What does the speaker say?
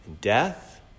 death